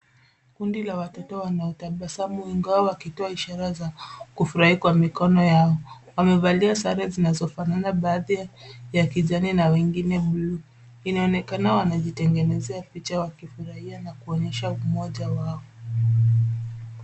Kundi la watoto wanatabasamu wengi wao wakitoa ishara ya kufurahi kwa mikono yao. Wamevalia sare zinazofanana baadhi ya kijani na wengine buluu. Inaonekana wanajitegenezea picha wakifurahia na kuonyesha umoja wao.